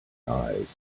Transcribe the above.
eyes